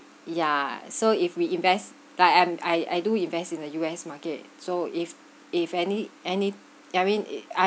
ya so if we invest like I'm I I do invest in the U_S market so if if any any I mean it